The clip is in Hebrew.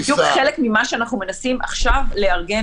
אם תהיה פריסה --- זה בדיוק חלק ממה שאנחנו מנסים עכשיו לארגן,